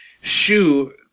shoe